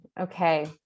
Okay